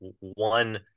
one